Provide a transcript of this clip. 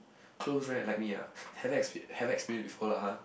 close friend like me ah haven't expe~ haven't experience before lah !huh!